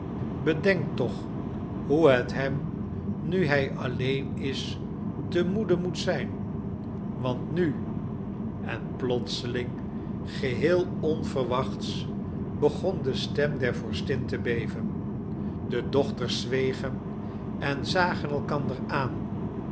bedenkt toch hoe het hem nu hij alleen is te moede moet zijn want nu en plotseling geheel onverwachts begon de stem der vorstin te beven de dochters zwegen en zagen elkander aan